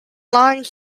line